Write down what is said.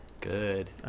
Good